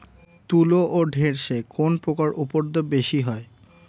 তুলো ও ঢেঁড়সে কোন পোকার উপদ্রব বেশি হয়?